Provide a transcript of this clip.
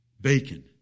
Bacon